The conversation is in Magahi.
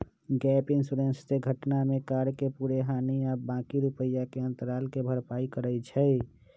गैप इंश्योरेंस से घटना में कार के पूरे हानि आ बाँकी रुपैया के अंतराल के भरपाई करइ छै